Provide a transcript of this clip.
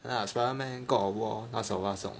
ah Spiderman God of War 那种那种